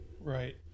Right